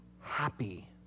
happy